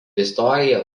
istoriją